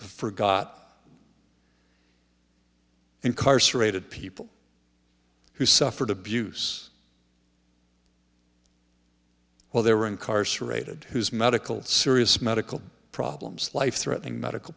forgot incarcerated people who suffered abuse well they were incarcerated whose medical serious medical problems life threatening medical